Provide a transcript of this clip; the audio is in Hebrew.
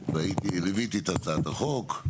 והייתי, ליוויתי את הצעת החוק.